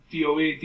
DOE